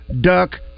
duck